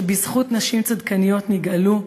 שבזכות נשים צדקניות נגאלו,